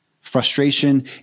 frustration